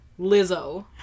Lizzo